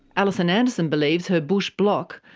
alison anderson believes her bush bloc,